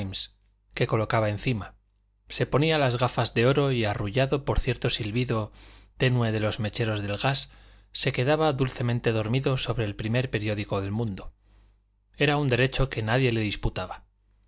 que colocaba encima se ponía las gafas de oro y arrullado por cierto silbido tenue de los mecheros del gas se quedaba dulcemente dormido sobre el primer periódico del mundo era un derecho que nadie le disputaba